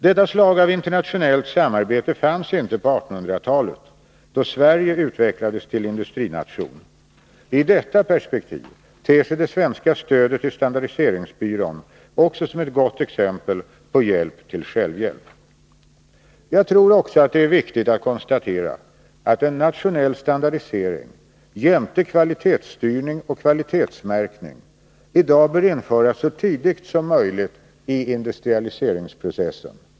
Detta slag av internationellt samarbete fanns inte på 1800-talet då Sverige utvecklades till industrination. I detta perspektiv ter sig det svenska stödet till standardiseringsbyrån också som ett gott exempel på hjälp till självhjälp. Jag tror också att det är viktigt att konstatera att en nationell standardisering jämte kvalitetsstyrning och kvalitetsmärkning i dag bör införas så tidigt som möjligt i industrialiseringsprocessen.